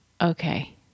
Okay